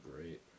great